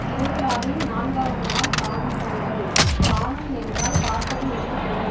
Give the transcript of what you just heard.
திருவிழாவின் நான்காவது நாள் காணும் பொங்கல் காணும் என்றால் பார்ப்பது என்று பொருள்